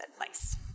advice